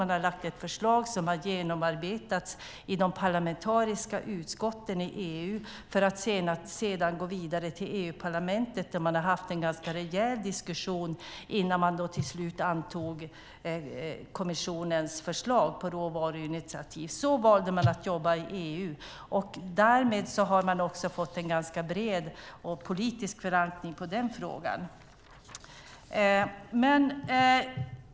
Man har lagt fram ett förslag som har genomarbetats i de parlamentariska utskotten i EU för att sedan gå vidare till EU-parlamentet, där man har haft en ganska rejäl diskussion innan man till slut antog kommissionens förslag till råvaruinitiativ. Så valde man att jobba i EU. Därmed har man också fått en ganska bred politisk förankring i den frågan.